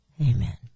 Amen